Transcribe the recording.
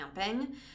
camping